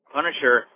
Punisher